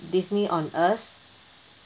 disney on earth